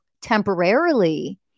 temporarily